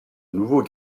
nouveaux